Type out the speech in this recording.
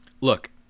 Look